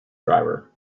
driver